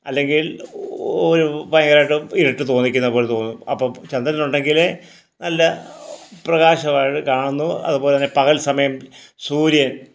അല്ലെങ്കിൽ ഒരു ഭയങ്കരമായിട്ടും ഇരുട്ട് തോന്നിക്കുന്ന പോലെ തോന്നും അപ്പോൾ ചന്ദ്രൻ ഉണ്ടെങ്കിലേ നല്ല പ്രകാശം ആയിട്ട് കാണുന്നു അതുപോലെ തന്നെ പകൽ സമയം സൂര്യൻ